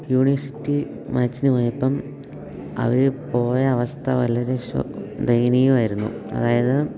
university മാച്ചിന് പോയപ്പം അവര് പോയ അവസ്ഥ വളരെ ദയനീയമായിരുന്നു അതായത്